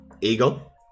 eagle